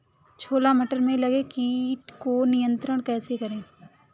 छोला मटर में लगे कीट को नियंत्रण कैसे करें?